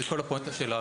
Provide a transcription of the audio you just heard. כל הפואנטה שלה,